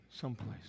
someplace